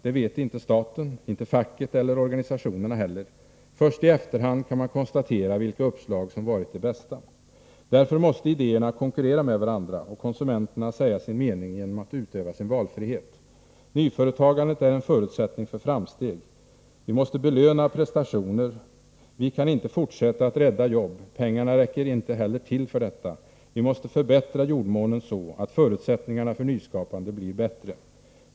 Det vet inte staten, inte facket eller organisationerna heller. Först i efterhand kan man konstatera vilka uppslag som har varit de bästa. Därför måste idéerna konkurrera med varandra och konsumenterna säga sin mening genom att utöva sin valfrihet. Nyföretagandet är en förutsättning för framsteg. Vi måste belöna prestationer. Vi kan inte fortsätta att ”rädda jobb”. Pengarna räcker inte heller till för detta. Vi måste förbättra jordmånen så, att förutsättningarna för nyskapande blir bättre.